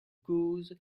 cause